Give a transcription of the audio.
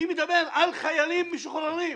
אני מדבר על חיילים משוחררים.